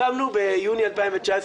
אנחנו פרסמנו ביוני 2019,